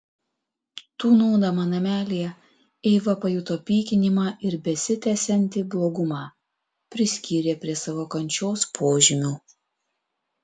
tūnodama namelyje eiva pajuto pykinimą ir besitęsiantį blogumą priskyrė prie savo kančios požymių